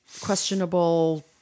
questionable